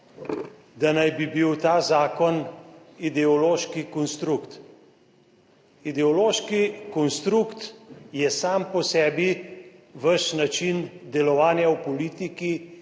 da naj bi bil ta zakon ideološki konstrukt. Ideološki konstrukt je sam po sebi vaš način delovanja v politiki